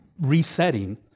resetting